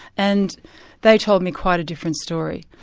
and they told me quite a different story.